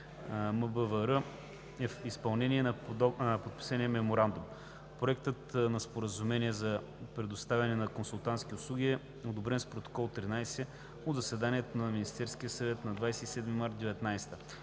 МБВР е в изпълнение на подписания Меморандум. Проектът на Споразумение за предоставяне на консултантски услуги е одобрен с Протокол № 13 от заседанието на Министерския съвет на 27 март 2019